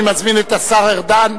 אני מזמין את השר ארדן,